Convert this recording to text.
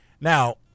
Now